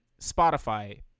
Spotify